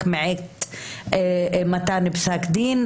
לא רק מעת מתן פסק הדין,